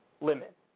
limit